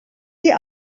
sie